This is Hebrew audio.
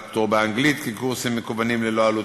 פטור באנגלית כקורסים מקוונים ללא עלות,